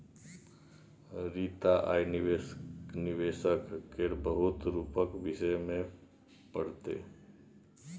रीता आय निबेशक केर बहुत रुपक विषय मे पढ़तै